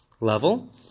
level